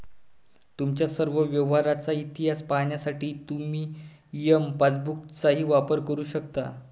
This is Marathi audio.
तुमच्या सर्व व्यवहारांचा इतिहास पाहण्यासाठी तुम्ही एम पासबुकचाही वापर करू शकता